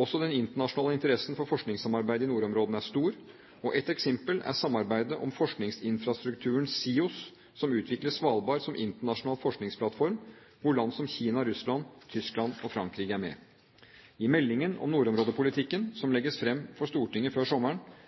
Også den internasjonale interessen for forskningssamarbeid i nordområdene er stor, og et eksempel er samarbeidet om forskningsinfrastrukturen SIOS som utvikler Svalbard som internasjonal forskningsplattform, hvor land som Kina, Russland, Tyskland og Frankrike er med. I meldingen om nordområdepolitikken som legges fram for Stortinget før sommeren,